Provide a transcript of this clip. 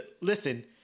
Listen